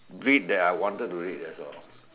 read that I wanted to read that's all